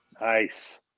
nice